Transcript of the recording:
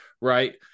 Right